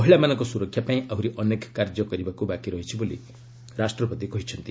ମହିଳାମାନଙ୍କ ସୁରକ୍ଷା ପାଇଁ ଆହୁରି ଅନେକ କାର୍ଯ୍ୟ କରିବାକୁ ବାକି ରହିଛି ବୋଲି ରାଷ୍ଟ୍ରପତି କହିଛନ୍ତି